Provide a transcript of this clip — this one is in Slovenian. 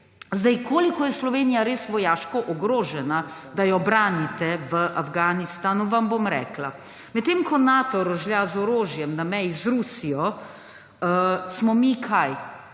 redu. Koliko je Slovenija res vojaško ogrožena, da jo branite v Afganistanu, vam bom rekla. Medtem ko Nato rožlja z orožjem na meji z Rusijo, smo mi kaj?